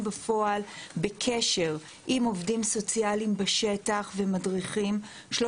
בפועל בקשר עם עובדים סוציאליים בשטח ומדריכים כ-